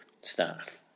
staff